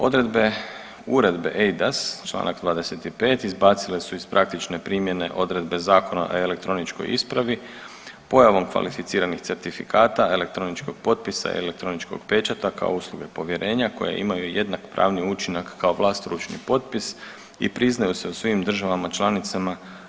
Odredbe Uredbe EIDAS, Članak 25. izbacile su iz praktične primjene odredbe Zakona o elektroničkoj ispravi pojavom kvalificiranih certifikata, elektroničkog potpisa i elektroničkog pečata kao usluge povjerenja koje imaju jednak pravni učinak kao vlastoručni potpis i priznaju se u svim državama članicama.